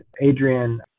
Adrian